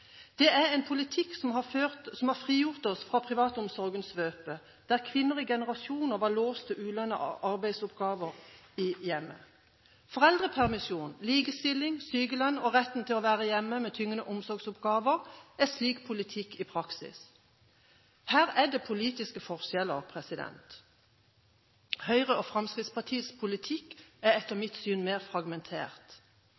Det er en politikk som har frigjort oss fra privatomsorgens svøpe, der kvinner i generasjoner var låst til ulønnede arbeidsoppgaver i hjemmet. Foreldrepermisjon, likestilling, sykelønn og retten til å være hjemme med tyngende omsorgsoppgaver er slik politikk i praksis. Her er det politiske forskjeller. Høyres og Fremskrittspartiets politikk er etter